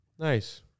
Nice